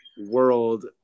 world